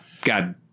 God